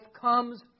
comes